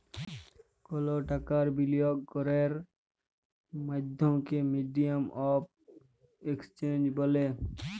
call টাকার বিলিয়গ ক্যরের মাধ্যমকে মিডিয়াম অফ এক্সচেঞ্জ ব্যলে